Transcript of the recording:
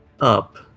up